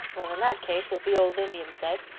well, in that case, as the old indian said,